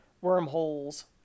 wormholes